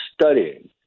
studying